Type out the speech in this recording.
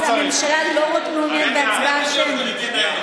אז הממשלה לא מעוניינת בהצבעה שמית.